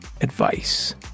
advice